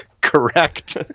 Correct